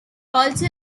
also